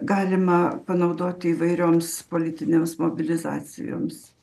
galima panaudot įvairioms politinėms mobilizacijoms